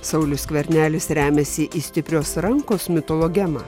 saulius skvernelis remiasi į stiprios rankos mitologemą